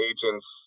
Agents